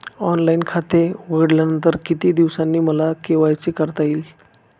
Online खाते उघडल्यानंतर किती दिवसांनी मला के.वाय.सी करता येईल?